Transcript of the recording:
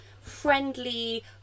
friendly